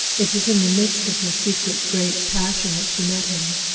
it was in the midst of her secret great passion that she met him.